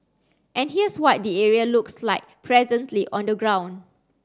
and here's what the area looks like presently on the ground